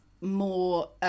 more